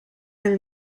del